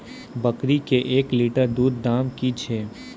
बकरी के एक लिटर दूध दाम कि छ?